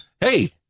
Hey